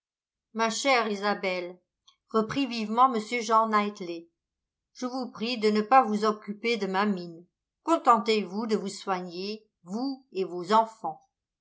ma chère isabelle reprit vivement m jean knightley je vous prie de ne pas vous occuper de ma mine contentez-vous de vous soigner vous et vos enfants